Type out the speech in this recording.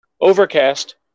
Overcast